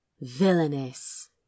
Villainous